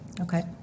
Okay